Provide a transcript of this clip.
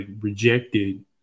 rejected